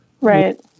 right